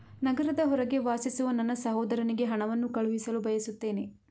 ನಗರದ ಹೊರಗೆ ವಾಸಿಸುವ ನನ್ನ ಸಹೋದರನಿಗೆ ಹಣವನ್ನು ಕಳುಹಿಸಲು ಬಯಸುತ್ತೇನೆ